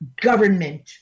government